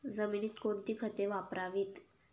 जमिनीत कोणती खते वापरावीत?